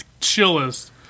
chillest